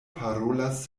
parolas